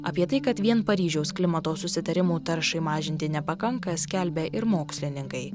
apie tai kad vien paryžiaus klimato susitarimų taršai mažinti nepakanka skelbia ir mokslininkai